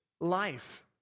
life